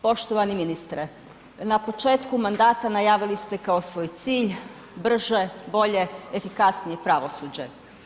Poštovani ministre, na početku mandata najavili ste kao svoj cilj brže, bolje, efikasnije pravosuđe.